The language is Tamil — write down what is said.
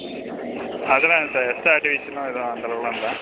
அதெலாம் இல்லை சார் எக்ஸ்ட்ரா ஆக்டிவிட்டி எல்லாம் ஏதுவும் அந்தளவுக்கு எல்லாம் இல்லை